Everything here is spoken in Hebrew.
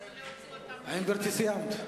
מה זה להוציא אותם ממשרד הקליטה?